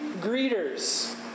greeters